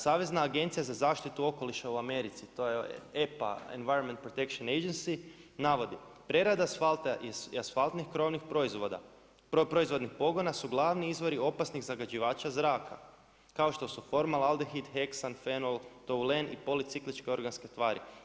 Savezna agencija za zaštitu okoliša u Americi, to je EPA, Environment Protection Agency, navodi: „Prerada asfalta i asfaltnih krovnih proizvodnih pogona su glavni izvori opasnih zagađivača zraka kao što su formaldehid, heksan, fenol, toulen i policikličke organske tvari.